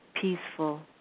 peaceful